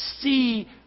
see